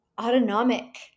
autonomic